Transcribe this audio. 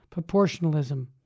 proportionalism